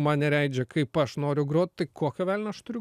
man neleidžia kaip aš noriu grot tai kokio velnio aš turiu